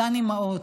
אותן אימהות,